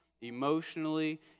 emotionally